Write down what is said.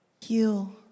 Heal